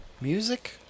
Music